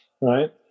right